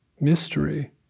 mystery